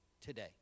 today